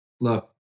look